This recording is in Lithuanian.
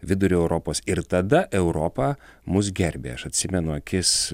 vidurio europos ir tada europa mus gerbė aš atsimenu akis